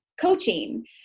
coaching